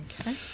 Okay